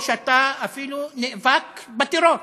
או שאתה אפילו נאבק בטרור.